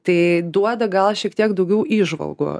tai duoda gal šiek tiek daugiau įžvalgų